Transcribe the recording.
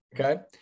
Okay